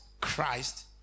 Christ